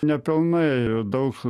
nepilnai daug